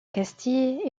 castille